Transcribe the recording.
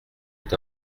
est